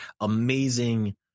amazing